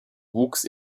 books